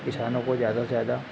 किसानों को ज़्यादा से ज़्यादा